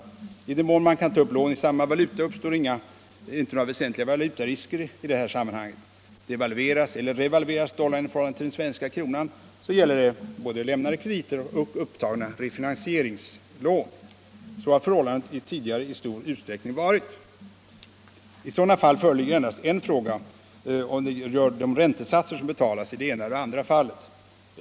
I den mån man kan ta upp lån i samma valuta uppstår inte några väsentliga valutarisker i detta sammanhang. Devalveras eller revalveras dollarn i förhållande till den svenska kronan gäller detta både lämnade krediter och upptagna refinansieringslån. Så har förhållandet tidigare i stor utsträckning varit. I sådana fall föreligger endast en fråga om de räntesatser som betalas i det ena eller andra fallet.